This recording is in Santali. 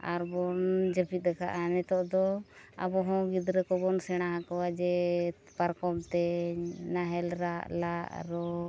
ᱟᱨᱵᱚᱱ ᱡᱟᱹᱯᱤᱫ ᱟᱠᱟᱫᱟ ᱱᱤᱛᱚᱜ ᱫᱚ ᱟᱵᱚᱦᱚᱸ ᱜᱤᱫᱽᱨᱟᱹ ᱠᱚᱵᱚᱱ ᱥᱮᱬᱟ ᱟᱠᱚᱣᱟ ᱡᱮ ᱯᱟᱨᱠᱚᱢ ᱛᱮᱧ ᱱᱟᱦᱮᱞ ᱞᱟᱜ ᱨᱚᱜ